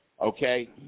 okay